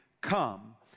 come